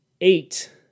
Eight